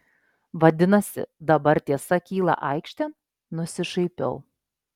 vadinasi dabar tiesa kyla aikštėn nusišaipiau